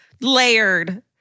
Layered